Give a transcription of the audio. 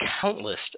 countless